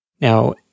Now